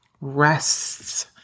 rests